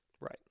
Right